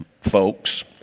folks